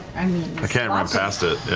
and ah can't run past it, yeah.